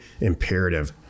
imperative